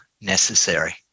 necessary